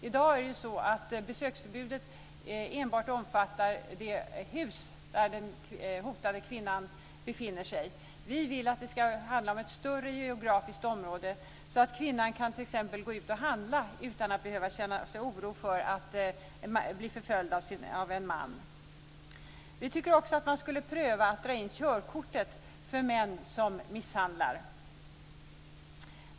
I dag omfattar besöksförbudet enbart det hus där den hotade kvinnan befinner sig. Vi vill att det ska handla om ett större geografiskt område så att kvinnan t.ex. kan gå ut och handla utan att behöva känna oro för att bli förföljd av en man. Vi tycker också att man skulle pröva att dra in körkortet för män som misshandlar.